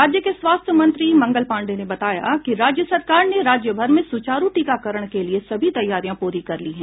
राज्य के स्वास्थ्य मंत्री मंगल पांडेय ने बताया कि राज्य सरकार ने राज्यभर में सुचारू टीकाकरण के लिए सभी तैयारियां पूरी कर ली हैं